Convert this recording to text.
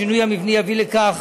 השינוי המבני יביא לכך